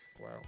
Wow